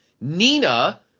Nina